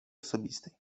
osobistej